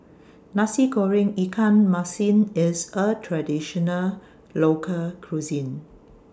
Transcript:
Nasi Goreng Ikan Masin IS A Traditional Local Cuisine